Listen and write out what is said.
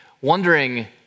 wondering